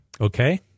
okay